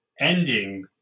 ending